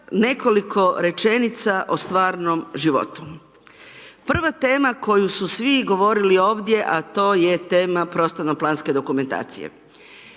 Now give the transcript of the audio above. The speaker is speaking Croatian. nekoliko rečenica o stvarnom životu. Prva tema koju su svi govorili ovdje, a to je tema prostorno-planske dokumentacije.